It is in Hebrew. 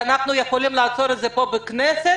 שאנחנו יכולים לעשות את זה פה בכנסת,